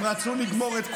הם רצו לגמור את כולנו.